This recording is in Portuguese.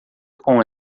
com